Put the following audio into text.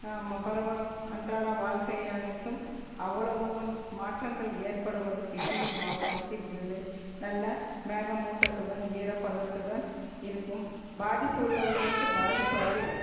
பருவம் அன்றாட வாழ்க்கை அனைத்தும் அவ்வளவு மாற்றங்கள் ஏற்படுவது கிருஷ்ணகிரி மாவட்டத்தில் இல்லை நல்ல மேகமூட்டத்துடன் ஈர பதத்துடன் இருக்கும் பாதிப்பு உள்ளவர்களுக்கு பாதிப்பு அடைய